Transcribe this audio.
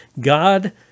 God